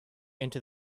into